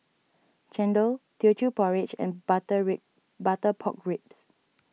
Chendol Teochew Porridge and Butter Rib Butter Pork Ribs